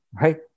Right